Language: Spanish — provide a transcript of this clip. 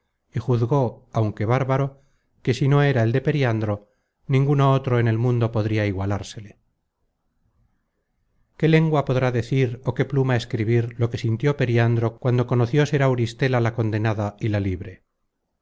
y juzgó aunque bárbaro que si no era el de periandro ninguno otro en el mundo podria igualársele content from google book search generated at qué lengua podrá decir ó qué pluma escribir lo que sintió periandro cuando conoció ser auristela la condenada y la libre